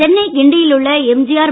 சென்னை கிண்டியிலுள்ள எம்ஜிஆர்